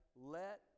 Let